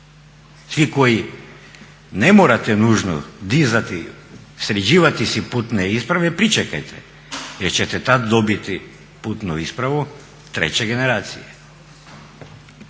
Svi koji ne morate nužno dizati, sređivati si putne isprave pričekajte jer ćete tad dobiti putnu ispravu treće generacije.